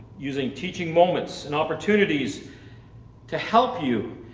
using teaching moments and opportunities to help you,